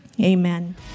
Amen